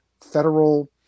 federal